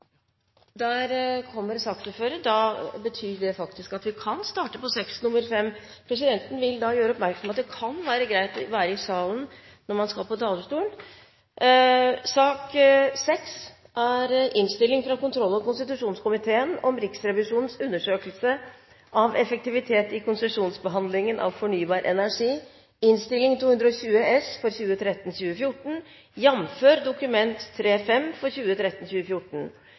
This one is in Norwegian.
Der kommer saksordføreren, da kan vi starte på sak nr. 6. Presidenten vil gjøre oppmerksom på at det kan være greit å være i salen når man skal på talerstolen. Etter ønske fra kontroll- og konstitusjonskomiteen